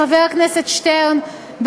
חבר כנסת שטרן,